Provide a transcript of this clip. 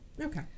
Okay